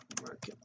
market